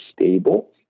stable